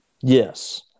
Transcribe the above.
Yes